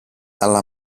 αλλά